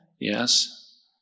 yes